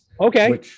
okay